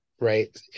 Right